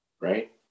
right